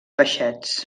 peixets